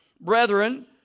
Brethren